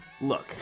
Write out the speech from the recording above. Look